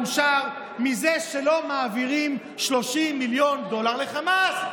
אני חושב שראש הממשלה מאושר מזה שלא מעבירים 30 מיליון דולר לחמאס.